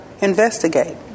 investigate